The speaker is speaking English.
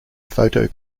photo